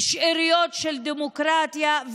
שאריות של דמוקרטיה,